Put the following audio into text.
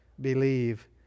believe